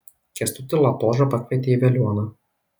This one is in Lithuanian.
kęstutį latožą pakvietė į veliuoną